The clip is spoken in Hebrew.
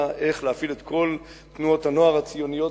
איך להפעיל את כל תנועות הנוער הציוניות,